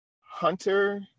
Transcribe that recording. Hunter